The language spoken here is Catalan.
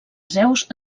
zeus